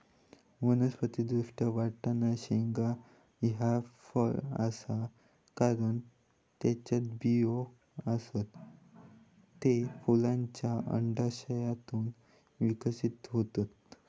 वनस्पति दृष्ट्या, वाटाणा शेंगा ह्या फळ आसा, कारण त्येच्यात बियो आसत, ते फुलांच्या अंडाशयातून विकसित होतत